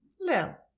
Lil